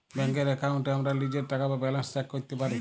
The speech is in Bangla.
ব্যাংকের এক্কাউন্টে আমরা লীজের টাকা বা ব্যালান্স চ্যাক ক্যরতে পারি